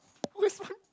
where's my